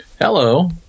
Hello